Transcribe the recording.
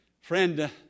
Friend